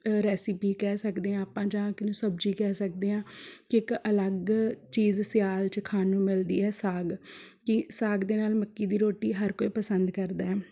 recipe ਕਹਿ ਸਕਦੇ ਹਾਂ ਆਪਾਂ ਜਾਂ ਕਿ ਸਬਜ਼ੀ ਕਹਿ ਸਕਦੇ ਹਾਂ ਕਿ ਇੱਕ ਅਲੱਗ ਚੀਜ਼ ਸਿਆਲ 'ਚ ਖਾਣ ਨੂੰ ਮਿਲਦੀ ਹੈ ਸਾਗ ਕਿ ਸਾਗ ਦੇ ਨਾਲ ਮੱਕੀ ਦੀ ਰੋਟੀ ਹਰ ਕੋਈ ਪਸੰਦ ਕਰਦਾ